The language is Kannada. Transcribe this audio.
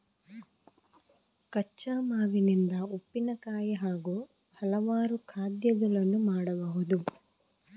ಕಚ್ಚಾ ಮಾವಿನಿಂದ ಉಪ್ಪಿನಕಾಯಿ ಹಾಗೂ ಹಲವಾರು ಖಾದ್ಯಗಳನ್ನು ಮಾಡಬಹುದು